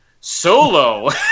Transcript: Solo